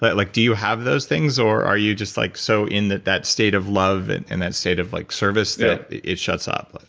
like do you have those things or are you just like so in that that state of love and and that state of like service that it shuts ah up?